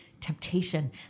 temptation